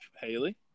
Haley